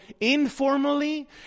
informally